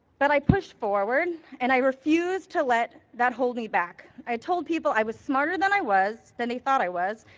but i pushed forward and i refused to let that hold me back. i told people i was smarter than i was, than they thought i was,